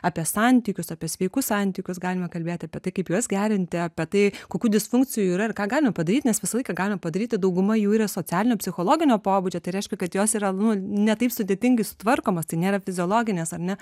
apie santykius apie sveikus santykius galime kalbėt apie tai kaip juos gerinti apie tai kokių disfunkcijų yra ir ką galime padaryt nes visą laiką galime padaryti dauguma jų yra socialinio psichologinio pobūdžio tai reiškia kad jos yra nu ne taip sudėtingai sutvarkomos tai nėra fiziologinės ar ne